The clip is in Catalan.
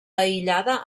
aïllada